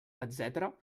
etcètera